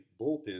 bullpen